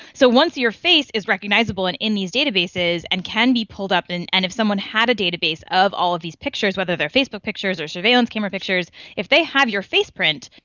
so once your face is recognisable in in these databases and can be pulled up and and if someone had a database of all these pictures, whether they are facebook pictures or surveillance camera pictures, if they have your face print,